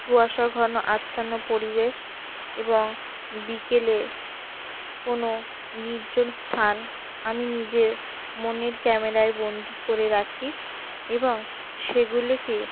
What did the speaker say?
কুয়াশা ঘন আচ্ছন্ন পরিবেশ এবং বিকেলে কোনো নির্জন স্থান আমি নিজের মনের ক্যামেরায় বন্দি করে রাখি এবং সেগুলিকে